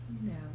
No